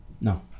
No